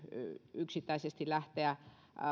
yksittäisesti lähteä